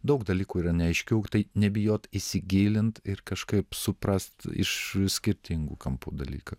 daug dalykų yra neaiškių tai nebijot įsigilint ir kažkaip suprast iš skirtingų kampų dalyką